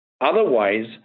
otherwise